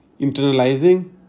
internalizing